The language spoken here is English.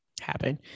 happen